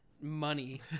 money